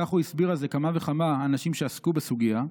כך הוא הסביר אז לכמה וכמה אנשים שעסקו בסוגיה,